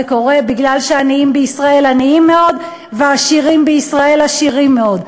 זה קורה בגלל שהעניים בישראל עניים מאוד והעשירים בישראל עשירים מאוד.